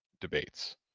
debates